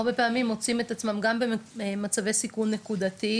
הרבה פעמים מוצאים את עצמם גם במצבי סיכון נקודתיים,